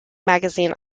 magazine